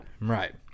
Right